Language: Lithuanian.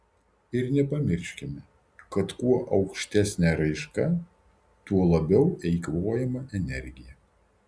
ir nepamiškime kad kuo aukštesnė raiška tuo labiau eikvojama energija